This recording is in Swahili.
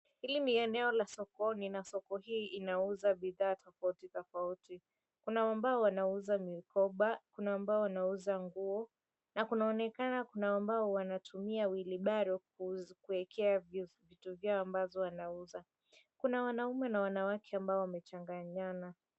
Hili ni eneo la sokoni na soko hii linauza bidhaa tofautitofauti. Kuna ambao wanauza mikoba, kuna ambao wanauza nguo, na kunaonekana kuna ambao wanatumia wilibaro kuekea vitu zao ambazo wanauza. Kuna wanaume wanaume na wanawake ambao wamechanganyana.